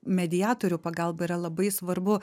mediatorių pagalbą yra labai svarbu